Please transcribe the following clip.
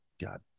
god